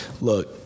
look